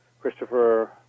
Christopher